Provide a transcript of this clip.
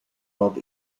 rob